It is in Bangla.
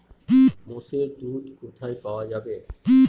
মোষের দুধ কোথায় পাওয়া যাবে?